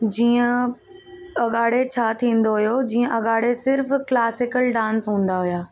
जीअं अगाड़े छा थींदो हुओ जीअं अगाड़े सिर्फ़ु क्लासिकल डांस हूंदा हुआ